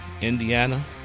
Indiana